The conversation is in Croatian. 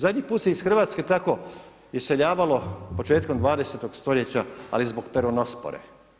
Zadnji put se iz Hrvatske tako iseljavalo početkom 20. stoljeća, ali zbog peronospore.